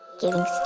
giving